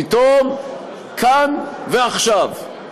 פתאום כאן ועכשיו.